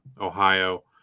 Ohio